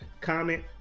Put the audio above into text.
comment